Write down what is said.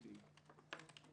בבקשה.